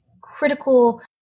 critical